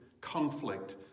conflict